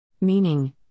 Meaning